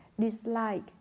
dislike